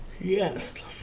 Yes